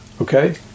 Okay